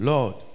Lord